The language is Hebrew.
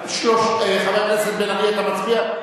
חבר הכנסת בן-ארי, אתה מצביע?